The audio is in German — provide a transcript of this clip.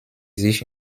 sich